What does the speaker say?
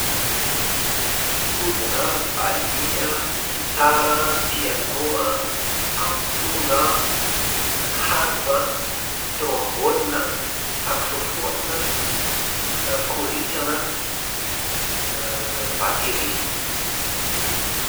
Sodina an, valiha an, gitara an, piano an, amponga an, harpe an, trombone an, saxophone an, korintsana an, a batery